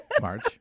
March